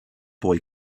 boy